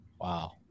Wow